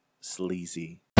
Sleazy